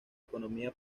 economía